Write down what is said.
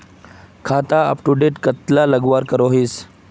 खाता अपटूडेट कतला लगवार करोहीस?